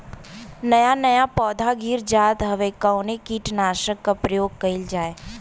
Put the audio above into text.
नया नया पौधा गिर जात हव कवने कीट नाशक क प्रयोग कइल जाव?